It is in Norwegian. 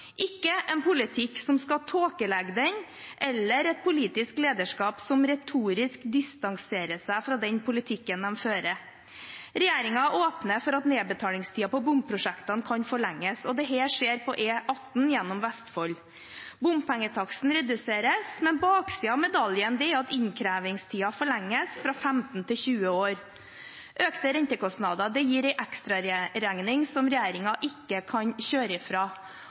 ikke en politikk som skal tåkelegge den, eller et politisk lederskap som retorisk distanserer seg fra den politikken det fører. Regjeringen åpner for at nedbetalingstiden på bompengeprosjekter kan forlenges. Dette skjer på E18 gjennom Vestfold. Bompengetaksten reduseres, men baksiden av medaljen er at innkrevingstiden forlenges fra 15 til 20 år. Økte rentekostnader gir en ekstraregning som regjeringen ikke kan kjøre fra.